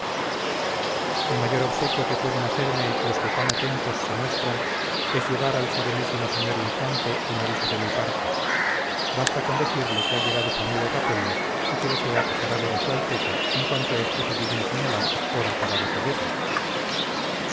el mayor obsequio que pueden hacerme los que tan atentos se muestran es llevar al serenísimo señor infante un aviso de mi parte basta con decirle que ha llegado su amigo rapella y que desea pasar a ver a su alteza en cuanto este se digne señalar hora para recibirle